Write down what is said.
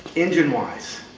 engine wise,